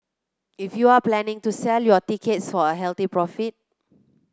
if you're planning to sell your tickets for a healthy profit